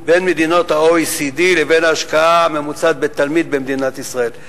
בין מדינות ה-OECD לבין מדינת ישראל,